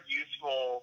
useful